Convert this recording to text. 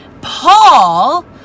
Paul